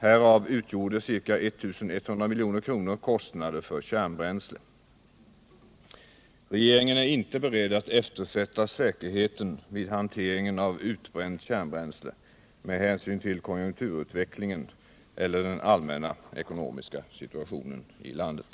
Härav utgjorde ca 1100 milj.kr. kostnader för kärnbränsle. Regeringen är inte beredd att eftersätta säkerheten vid hanteringen av utbränt kärnbränsle med hänsyn till konjunkturutvecklingen eller den allmänna ekonomiska situationen i landet.